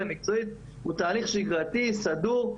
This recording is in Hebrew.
המקצועית - הוא תהליך שגרתי וסדור.